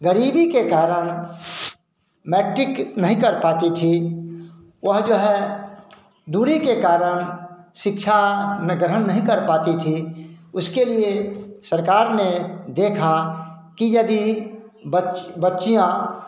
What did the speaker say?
गरीबी के कारण मैट्टिक नहीं कर पाती थीं वे जो है दूरी के कारण शिक्षा में ग्रहण नहीं कर पाती थीं उसके लिए सरकार ने देखा कि यदि बच बच्चियाँ